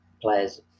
players